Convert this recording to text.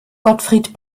gottfried